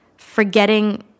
forgetting